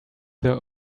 their